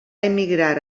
emigrar